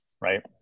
Right